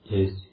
Yes